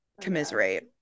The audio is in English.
commiserate